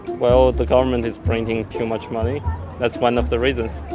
well, the government is printing too much money that's one of the reasons.